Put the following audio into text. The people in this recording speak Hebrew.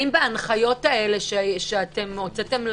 תענו על